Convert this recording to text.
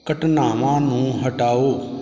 ਘਟਨਾਵਾਂ ਨੂੰ ਹਟਾਓ